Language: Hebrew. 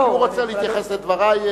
כי הוא רוצה להתייחס לדברי.